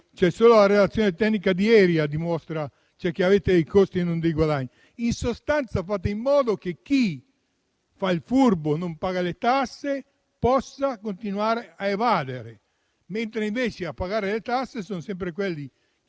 la relazione tecnica di ieri dimostra che avete dei costi e non dei guadagni. In sostanza, fate in modo che chi fa il furbo e non paga le tasse possa continuare ad evadere, mentre invece a pagare le tasse sono sempre coloro che